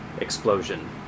explosion